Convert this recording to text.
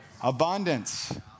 Abundance